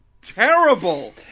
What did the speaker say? terrible